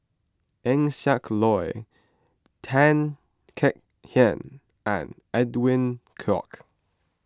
Eng Siak Loy Tan Kek Hiang and Edwin Koek